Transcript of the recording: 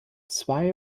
zwei